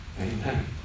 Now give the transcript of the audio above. amen